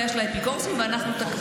פס הייצור היה של האפיקורסים, ואנחנו תקלה.